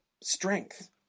strength